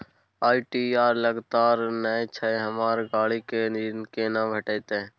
ITR लगातार नय छै हमरा गाड़ी के ऋण केना भेटतै?